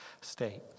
state